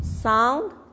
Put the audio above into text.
sound